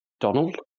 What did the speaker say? Donald